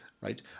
right